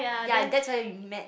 ya that's where we met